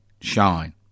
shine